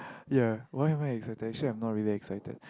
ya why why I'm not really excited